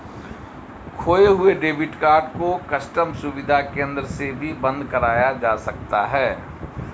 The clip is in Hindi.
खोये हुए डेबिट कार्ड को कस्टम सुविधा केंद्र से भी बंद कराया जा सकता है